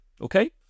okay